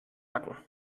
nacken